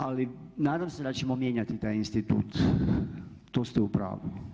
Ali nadam se da ćemo mijenjati taj institut to ste u pravu.